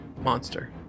monster